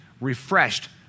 refreshed